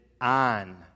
on